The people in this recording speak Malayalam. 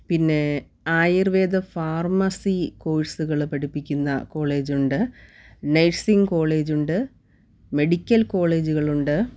പിന്നെ ആയുർവേദ ഫാർമസി കോഴ്സുകൾ പഠിപ്പിക്കുന്ന കോളേജുണ്ട് നേഴ്സിങ് കോളേജുണ്ട് മെഡിക്കൽ കോളേജുകളുണ്ട്